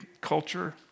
culture